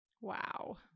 Wow